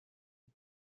بود